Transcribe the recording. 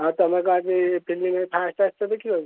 ହଁ ତମେ କଣ ଆଜି ଫିଲ୍ମ ଫାର୍ଷ୍ଟ ଆସିଛ ଦେଖିବାକୁ